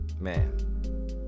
man